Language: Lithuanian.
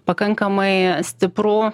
pakankamai stiprų